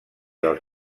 dels